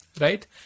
right